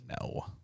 No